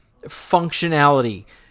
functionality